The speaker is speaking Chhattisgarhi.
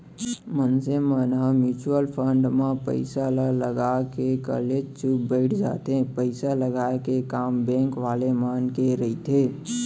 मनसे मन ह म्युचुअल फंड म पइसा ल लगा के कलेचुप बइठ जाथे पइसा लगाय के काम बेंक वाले मन के रहिथे